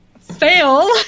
fail